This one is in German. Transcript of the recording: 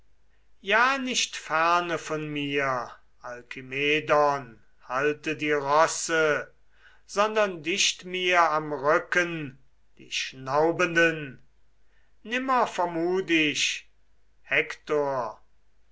ja nicht ferne von mir alkimedon halte die rosse sondern dicht mir am rücken die schnaubenden nimmer vermut ich